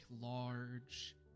large